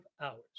hours